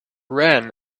ran